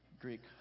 Greek